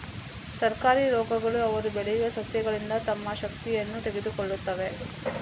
ತರಕಾರಿ ರೋಗಗಳು ಅವರು ಬೆಳೆಯುವ ಸಸ್ಯಗಳಿಂದ ತಮ್ಮ ಶಕ್ತಿಯನ್ನು ತೆಗೆದುಕೊಳ್ಳುತ್ತವೆ